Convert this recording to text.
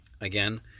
again